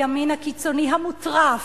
הימין הקיצוני המוטרף,